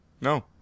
no